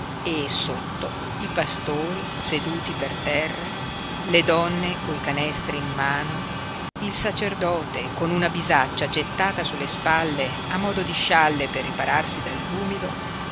e sotto i pastori seduti per terra le donne coi canestri in mano il sacerdote con una bisaccia gettata sulle spalle a modo di scialle per ripararsi